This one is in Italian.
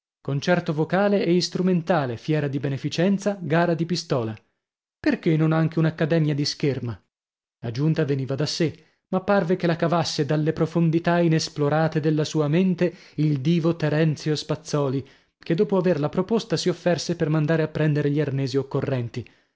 concerto vocale e istrumentale fiera di beneficenza gara di pistola perchè non anche un'accademia di scherma la giunta veniva da sè ma parve che la cavasse dalle profondità inesplorate della sua mente il divo terenzio spazzòli che dopo averla proposta si offerse per mandare a prendere gli arnesi occorrenti